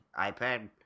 iPad